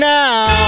now